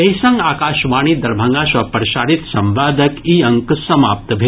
एहि संग आकाशवाणी दरभंगा सँ प्रसारित संवादक ई अंक समाप्त भेल